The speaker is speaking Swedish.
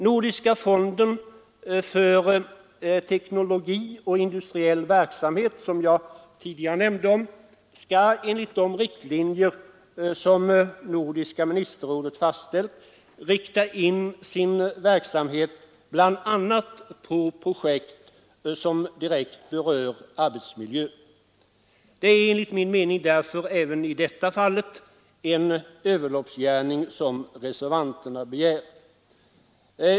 Nordisk fond för teknologi och industriell verksamhet, som jag tidigare omnämnde, skall enligt de riktlinjer som nordiska ministerrådet fastställt rikta in sin verksamhet bl.a. på projekt som direkt berör arbetsmiljön. Det är enligt min mening även i detta fall en överloppsgärning som reservanterna begär.